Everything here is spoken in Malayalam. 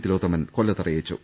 തിലോത്തമൻ കൊല്ലത്ത് അറി യിച്ചു